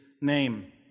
name